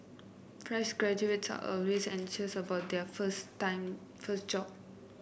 fresh graduate are always anxious about their first time first job